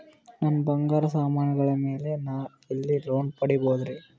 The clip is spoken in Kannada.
ನನ್ನ ಬಂಗಾರ ಸಾಮಾನಿಗಳ ಮ್ಯಾಲೆ ನಾ ಎಲ್ಲಿ ಲೋನ್ ಪಡಿಬೋದರಿ?